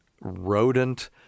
rodent